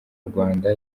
rwanda